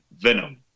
venom